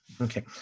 Okay